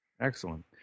Excellent